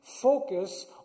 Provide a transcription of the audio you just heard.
focus